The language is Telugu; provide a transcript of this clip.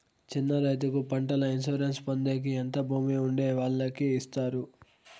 చిన్న రైతుకు పంటల ఇన్సూరెన్సు పొందేకి ఎంత భూమి ఉండే వాళ్ళకి ఇస్తారు?